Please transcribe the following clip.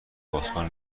بازکن